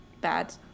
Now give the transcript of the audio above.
bad